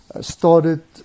started